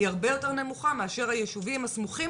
היא הרבה יותר נמוכה מאשר היישובים הסמוכים